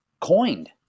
coined